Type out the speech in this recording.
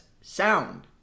Sound